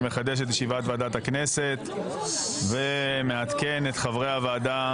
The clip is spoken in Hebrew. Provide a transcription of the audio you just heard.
אני מחדש את ישיבת ועדת הכנסת ומעדכן את חברי הוועדה